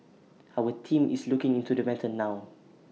our team is looking into the matter now